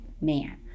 man